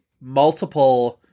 multiple